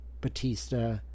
Batista